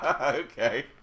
Okay